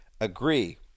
agree